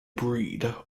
breed